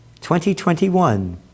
2021